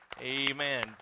Amen